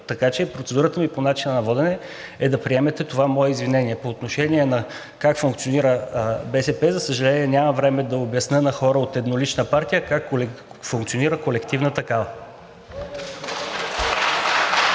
така че процедурата ми по начина на водене е да приемете това мое извинение. По отношение на това как функционира БСП, за съжаление, няма време да обясня на хора от еднолична партия как функционира колективна такава.